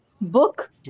book